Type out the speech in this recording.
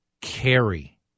Carry